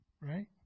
Right